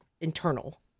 internal